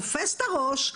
תופס את הראש,